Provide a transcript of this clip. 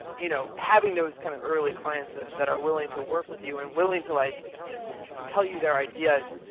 you know having those kind of early clients that that are willing to work with you and willing to like you know tell you their ideas.